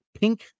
pink